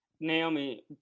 Naomi